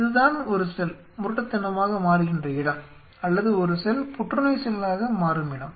இதுதான் ஒரு செல் முரட்டுத்தனமாக மாறுகின்ற இடம் அல்லது ஒரு செல் புற்றுநோய் செல்லாக மாறும் இடம்